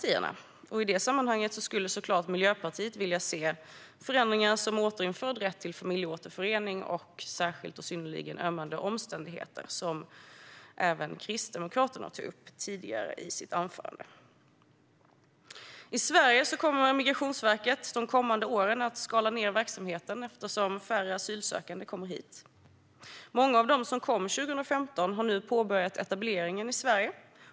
I det sammanhanget skulle Miljöpartiet såklart vilja se förändringar som återinförd rätt till familjeåterförening och särskilda och synnerligen ömmande omständigheter. Detta tog även Kristdemokraterna upp tidigare i sitt anförande. I Sverige kommer Migrationsverket de kommande åren att skala ned verksamheten eftersom färre asylsökande kommer hit. Många av dem som kom 2015 har nu påbörjat etableringen i Sverige.